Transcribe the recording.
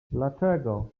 dlaczego